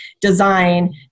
design